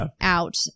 out